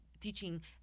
teaching